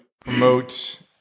promote